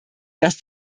dass